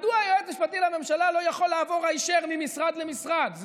מדוע היועץ המשפטי לממשלה לא יכול לעבור היישר ממשרד למשרד?